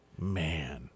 Man